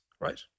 right